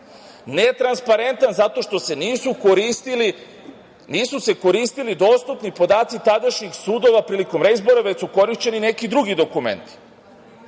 Netransparentan zato što se nisu koristili dostupni podaci tadašnjih sudova prilikom reizbora, već su korišćeni neki drugi dokumenti.